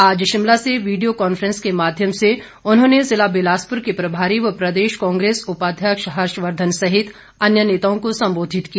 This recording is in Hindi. आज शिमला से वीडियो कॉन्फ्रेंस के माध्यम से उन्होंने ज़िला बिलासपुर के प्रभारी व प्रदेश कांग्रेस उपाध्यक्ष हर्षवर्धन सहित अन्य नेताओं को संबोधित किया